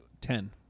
ten